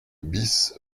bis